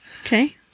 Okay